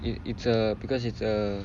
it it it's a because it's a